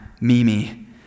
Mimi